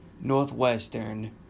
Northwestern